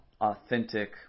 authentic